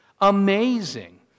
Amazing